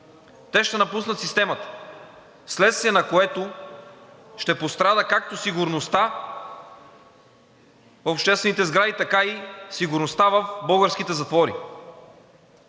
те ще напуснат системата, вследствие на което ще пострада както сигурността на обществените сгради, така и сигурността в българските затвори.